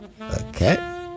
Okay